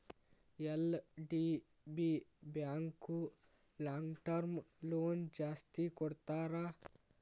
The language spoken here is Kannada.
ಎಲ್.ಡಿ.ಬಿ ಬ್ಯಾಂಕು ಲಾಂಗ್ಟರ್ಮ್ ಲೋನ್ ಜಾಸ್ತಿ ಕೊಡ್ತಾರ